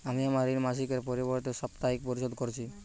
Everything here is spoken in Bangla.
আমি আমার ঋণ মাসিকের পরিবর্তে সাপ্তাহিক পরিশোধ করছি